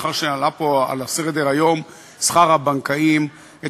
מאחר שעלה פה על סדר-היום שכר הבנקאים את